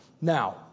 Now